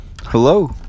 Hello